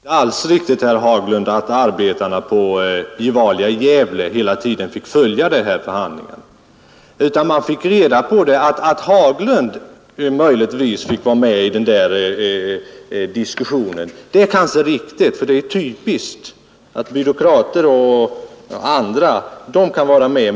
Herr talman! Det är inte alls riktigt, herr Haglund, att arbetarna på Gevalia i Gävle hela tiden fick följa dessa förhandlingar. Att herr Haglund möjligtvis fick vara med i diskussionen är kanske riktigt, för det är typiskt att byråkrater och andra kan vara med.